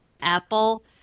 Apple